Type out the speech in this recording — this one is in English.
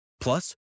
Plus